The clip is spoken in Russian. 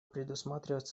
предусматривать